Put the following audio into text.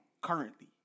currently